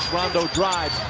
rondo drives.